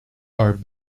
are